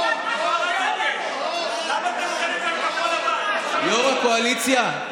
יו"ר הקואליציה,